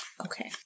Okay